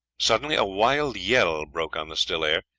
suddenly a wild yell broke on the still air,